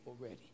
already